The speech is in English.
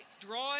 drawing